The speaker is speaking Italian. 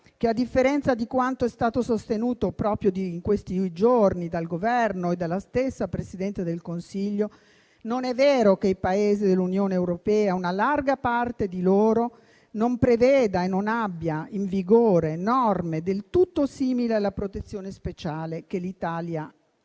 che, a differenza di quanto è stato sostenuto proprio in questi giorni dal Governo e dalla stessa Presidente del Consiglio, non è vero che una larga parte dei Paesi dell'Unione europea non preveda e non abbia in vigore norme del tutto simili alla protezione speciale che l'Italia ha